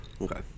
Okay